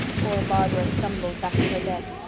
poor barbara stumbled back to her desk,